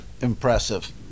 impressive